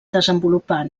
desenvolupar